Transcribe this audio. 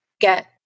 get